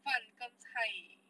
饭跟菜